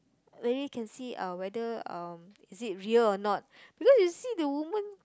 really can see uh whether um is it real or not because you see the woman